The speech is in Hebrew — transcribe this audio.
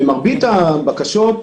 במרבית הבקשות,